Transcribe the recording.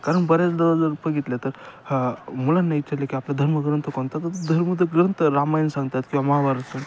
कारण बऱ्याचदा जर बघितलं तर मुलांना विचारलं की आपलं धर्मग्रंथ कोणता तर धर्मग्रंथ रामायण सांगतात किंवा महाभारत सांगतात